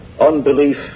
Unbelief